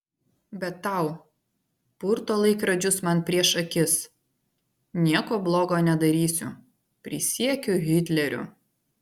bet tau purto laikrodžius man prieš akis nieko blogo nedarysiu prisiekiu hitleriu